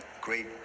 great